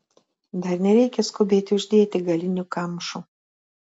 dar nereikia skubėti uždėti galinių kamšų